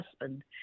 husband